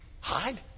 hide